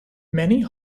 many